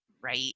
right